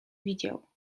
widział